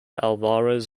alvarez